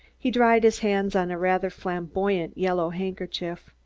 he dried his hands on a rather flamboyant, yellow handkerchief.